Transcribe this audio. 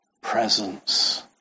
presence